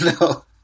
no